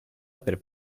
per